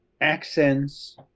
accents